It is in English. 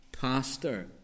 pastor